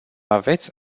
aveți